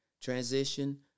transition